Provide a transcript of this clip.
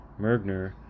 Mergner